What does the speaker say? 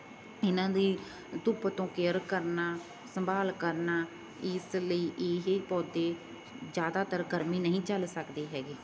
ਇਹਨਾਂ ਦੀ ਧੁੱਪ ਤੋਂ ਕੇਅਰ ਕਰਨਾ ਸੰਭਾਲ ਕਰਨਾ ਇਸ ਲਈ ਇਹ ਪੌਦੇ ਜ਼ਿਆਦਾਤਰ ਗਰਮੀ ਨਹੀਂ ਝੱਲ ਸਕਦੇ ਹੈਗੇ